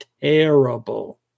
terrible